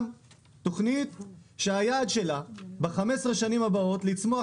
תוכנית שהיעד שלה ב-15 השנים הבאות הוא לצמוח